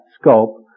scope